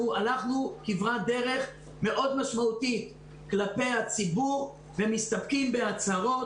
אנחנו הלכנו כברת דרך מאוד משמעותית כלפי הציבור ומסתפקים בהצהרות.